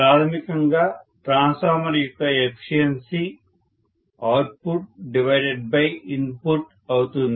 ప్రాథమికంగా ట్రాన్స్ఫార్మర్ యొక్క efficiency output input అవుతుంది